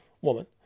woman